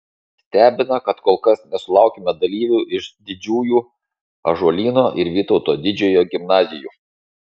stebina kad kol kas nesulaukėme dalyvių iš didžiųjų ąžuolyno ir vytauto didžiojo gimnazijų